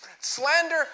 Slander